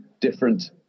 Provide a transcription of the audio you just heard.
different